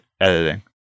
editing